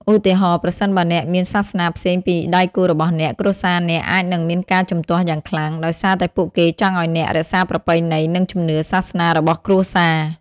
ឧទាហរណ៍ ប្រសិនបើអ្នកមានសាសនាផ្សេងពីដៃគូរបស់អ្នក គ្រួសារអ្នកអាចនឹងមានការជំទាស់យ៉ាងខ្លាំង ដោយសារតែពួកគេចង់ឲ្យអ្នករក្សាប្រពៃណី និងជំនឿសាសនារបស់គ្រួសារ។